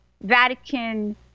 Vatican